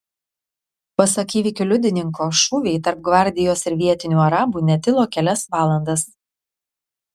pasak įvykių liudininko šūviai tarp gvardijos ir vietinių arabų netilo kelias valandas